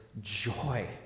joy